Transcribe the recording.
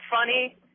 funny